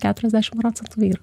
keturiasdešimt procentų vyrų